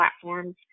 platforms